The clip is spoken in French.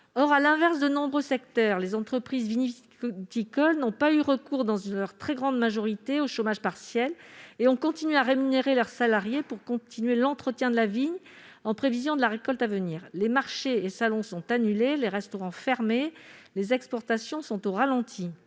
Or, à l'inverse de nombreux secteurs, les entreprises vitivinicoles n'ont pas eu recours, dans leur très grande majorité, au chômage partiel et ont continué à rémunérer leurs salariés pour poursuivre l'entretien de la vigne en prévision de la récolte à venir. Les marchés et les salons sont annulés, les restaurants fermés et les exportations sont au ralenti.